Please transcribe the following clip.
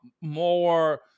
more